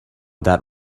that